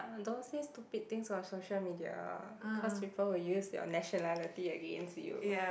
don't say stupid things on social media cause people will use your nationality against you